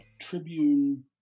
Tribune